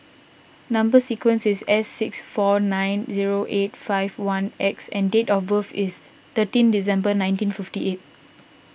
Number Sequence is S six four nine zero eight five one X and date of birth is thirteen December nineteen fifty eight